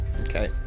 Okay